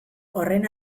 horren